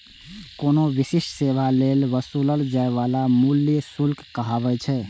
कोनो विशिष्ट सेवा लेल वसूलल जाइ बला मूल्य शुल्क कहाबै छै